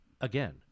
again